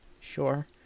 Sure